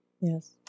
Yes